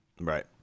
Right